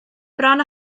bron